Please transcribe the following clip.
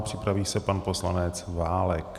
Připraví se pan poslanec Válek.